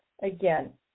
Again